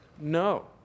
no